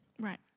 Right